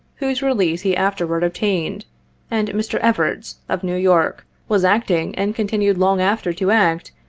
whose release he afterwards obtained and mr. evarts, of new york, was acting, and continued long after to act,